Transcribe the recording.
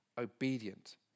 obedient